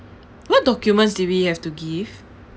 what documents did we have to give